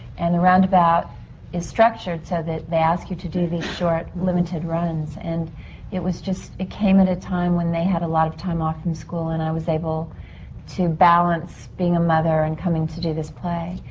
and the roundabout is structured so that they ask you to do these short, limited runs. and it was just. it came at a time when they bad a lot of time off from school. and i was able to balance being a mother and coming to do this play.